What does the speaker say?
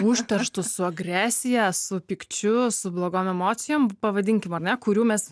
užterštus su agresija su pykčiu su blogom emocijom pavadinkim ar ne kurių mes